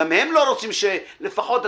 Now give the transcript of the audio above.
לפחות,